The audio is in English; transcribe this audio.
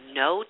no